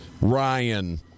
Ryan